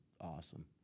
awesome